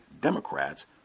democrats